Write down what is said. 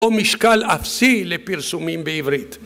או משקל אפסי לפרסומים בעברית.